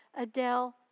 Adele